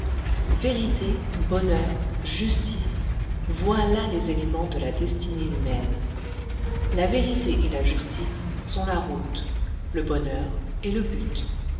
vérité bonheur justice voilà les éléments de la destinée humaine la vérité et la justice sont la route le bonheur est le but